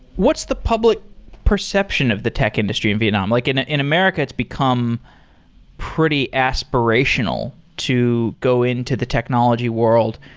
what's the public perception of the tech industry in vietnam? like in in america, it's become pretty aspirational to go into the technology world.